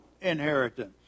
inheritance